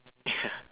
yeah